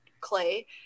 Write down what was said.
clay